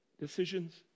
Decisions